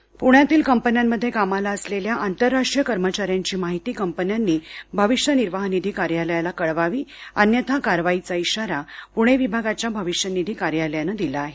प्ण्यातील कंपन्यांमध्ये कामाला असलेल्या आंतरराष्ट्रीय कर्मचाऱ्यांची माहिती कंपन्यांनी भविष्य निर्वाह निधी कार्यालयास कळवावी अन्यथा कारवाईचा इशारा पुणे विभागाच्या भविष्य निधी कार्यालयाने दिला आहे